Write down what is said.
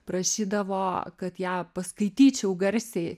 prašydavo kad ją paskaityčiau garsiai